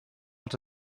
els